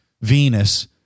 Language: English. Venus